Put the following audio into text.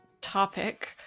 topic